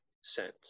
sent